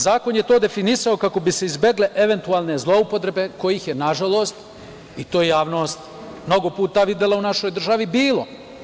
Zakon je to definisao kako bi se izbegle eventualne zloupotrebe kojih je, nažalost, i to je javnost mnogo puta videla u našoj državi, bilo.